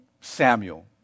Samuel